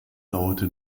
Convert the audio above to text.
dauerte